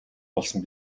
болсон